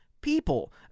people